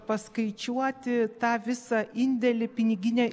paskaičiuoti tą visą indėlį pinigine